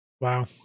Wow